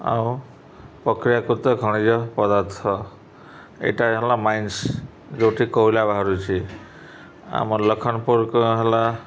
ଆଉ ପ୍ରକ୍ରିୟାକୃତ ଖଣିଜ ପଦାର୍ଥ ଏଇଟା ହେଲା ମାଇନ୍ସ ଯେଉଁଠି କୋଇଲା ବାହାରୁଛି ଆମ ଲକ୍ଷ୍ମଣପୁର ହେଲା